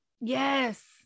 Yes